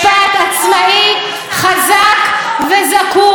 אתם רוצים בית משפט אחרי אילוף.